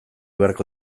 beharko